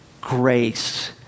grace